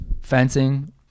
fencing